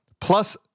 Plus